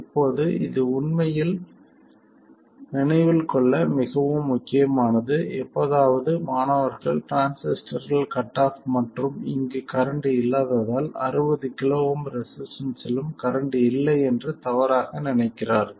இப்போது இது உண்மையில் நினைவில் கொள்ள மிகவும் முக்கியமானது எப்போதாவது மாணவர்கள் டிரான்சிஸ்டர்கள் கட் ஆஃப் மற்றும் இங்கு கரண்ட் இல்லாததால் 60 KΩ ரெசிஸ்டன்ஸ்ஸிலும் கரண்ட் இல்லை என்று தவறாக நினைக்கிறார்கள்